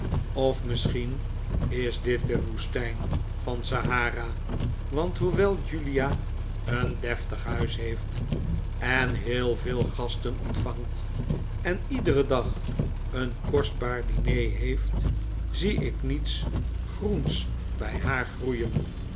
of misschien is dii de woestijn van sahara want hoewel julia een deftig huis heeft en heel v veelj gasten ontvangt en iederen dag eenkostbaar diner heeft zie ik niets groens bij haar groeien